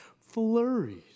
flurries